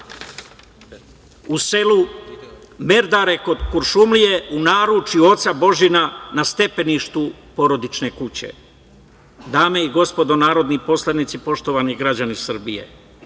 u selu Merdare kod Kuršumlije u naručju oca Božina na stepeništu porodične kuće. Dame i gospodo narodni poslanici, poštovani građani Srbije,